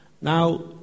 Now